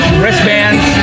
wristbands